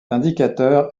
indicateur